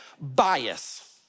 bias